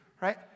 right